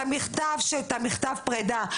את המכתב פרידה.